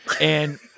And-